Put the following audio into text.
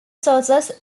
sources